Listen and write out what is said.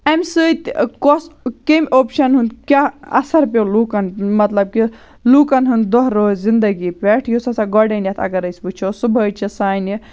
اَمہِ سۭتۍ کۄس کمہِ اوپشن ہُنٛد کیٛاہ اَثر پیوٚو لوٗکَن مطلب کہِ لوٗکَن ہُنٛد دۄہ روزِ زِندگی پٮ۪ٹھ یُس ہسا گۄڈٕنٮ۪تھ اَگر أسۍ وٕچھو صُبحٲے چھِ سانہِ